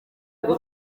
kuko